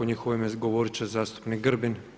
U njihovo ime govorit će zastupnik Grbin.